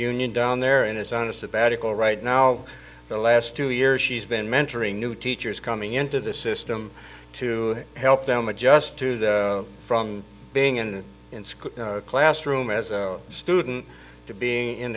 union down there and is on a sabbatical right now the last two years she's been mentoring new teachers coming into the system to help them adjust to the from being in school classroom as a student to being in